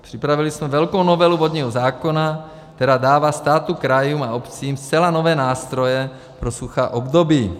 Připravili jsme velkou novelu vodního zákona, která dává státu, krajům a obcím zcela nové nástroje pro suchá období.